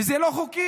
וזה לא חוקי.